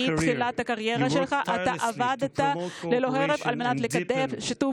מתחילת הקריירה שלך אתה עבדת ללא הרף לקדם שיתוף